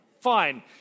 fine